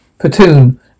platoon